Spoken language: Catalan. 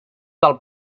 val